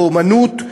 באמנות,